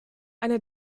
eine